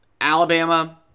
Alabama